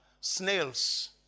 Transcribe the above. snails